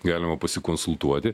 galima pasikonsultuoti